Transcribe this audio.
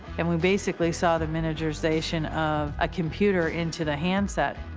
and we basically saw the miniaturization of a computer into the handset.